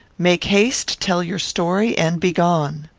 make haste tell your story, and begone.